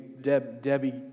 Debbie